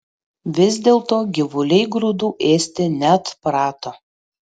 vis dėlto gyvuliai grūdų ėsti neatprato